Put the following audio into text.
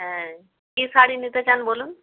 হ্যাঁ কী শাড়ি নিতে চান বলুন